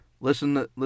Listen